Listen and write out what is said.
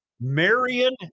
Marion